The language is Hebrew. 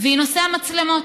היא נושא המצלמות.